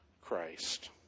Christ